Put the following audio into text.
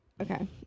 okay